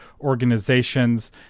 organizations